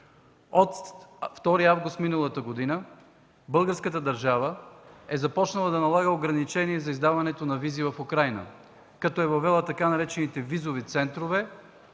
От 2 август 2012 г. българската държава е започнала да налага ограничения за издаването на визи в Украйна, като е въвела така наречените „визови центрове“,